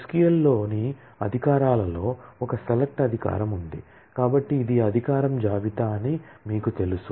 SQL లోని అధికారాలు లో ఒక సెలెక్ట్ అధికారం ఉంది కాబట్టి ఇది అధికారం జాబితా అని మీకు తెలుసు